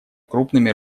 крупными